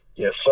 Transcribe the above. Yes